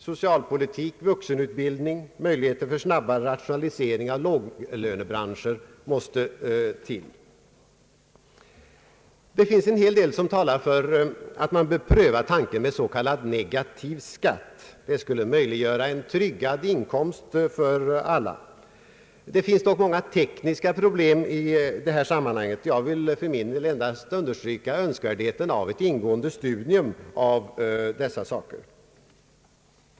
Socialpolitik, vuxenutbildning, möjligheter för snabbare rationalisering av låglönebranscher måste till. Det finns en hel del som talar för att man bör pröva tanken med s.k. negativ skatt. En sådan skulle möjliggöra tryggad inkomst för alla. Det finns dock många tekniska problem i detta sammanhang. Jag vill för min del endast understryka önskvärdheten av ett ingående studium av dessa saker.